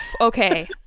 okay